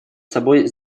собой